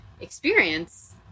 experience